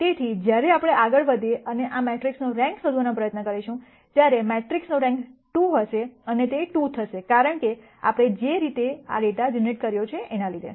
તેથી જ્યારે આપણે આગળ વધીએ અને આ મેટ્રિક્સનો રેન્ક શોધવાનો પ્રયત્ન કરીશું ત્યારે મેટ્રિક્સનો રેન્ક 2 હશે અને તે 2 થશે કારણ કે આપણે જે રીતે આ ડેટા જનરેટ કર્યો છે એના લીધે